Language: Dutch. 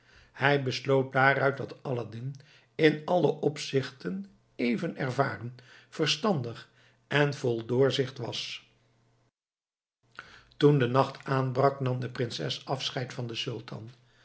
hij besloot daaruit dat aladdin in alle opzichten even ervaren verstandig en vol doorzicht was toen de nacht aanbrak nam de prinses afscheid van den sultan